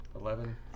Eleven